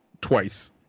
twice